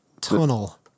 tunnel